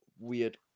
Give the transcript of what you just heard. weird